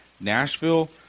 Nashville